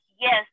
Yes